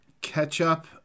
Ketchup